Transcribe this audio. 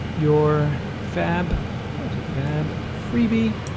your fab i do fab freebie